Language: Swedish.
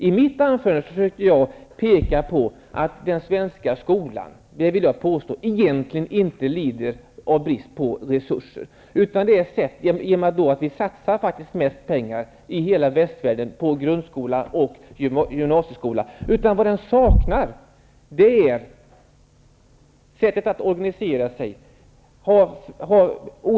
I mitt anförande försökte jag peka på att den svenska skolan -- det vill jag påstå -- egentligen inte lider av brist på resurser, utan Sverige är faktiskt det land i hela västvärlden som satsar mest resurser på grundskolan och gymansieskolan. Bristen inom den svenska skolan är dess organisation.